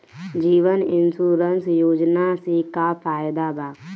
जीवन insurance योजना से का फायदा बा?